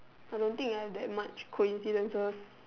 I don't think I have that much coincidences